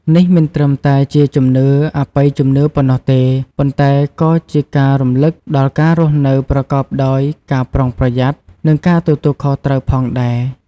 នេះមិនត្រឹមតែជាជំនឿអបិយជំនឿប៉ុណ្ណោះទេ ប៉ុន្តែក៏ជាការរំលឹកដល់ការរស់នៅប្រកបដោយការប្រុងប្រយ័ត្ន និងការទទួលខុសត្រូវផងដែរ ។